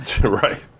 Right